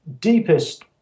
deepest